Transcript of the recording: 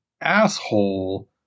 asshole